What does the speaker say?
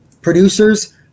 producers